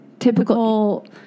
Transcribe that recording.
Typical